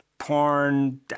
porn